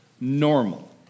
normal